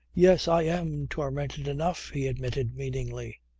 yes, i am tormented enough, he admitted meaningly.